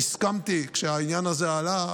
כשהעניין הזה עלה,